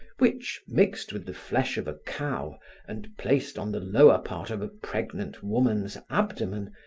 which, mixed with the flesh of a cow and placed on the lower part of a pregnant woman's abdomen,